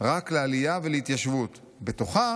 רק לעלייה ולהתיישבות, בתוכה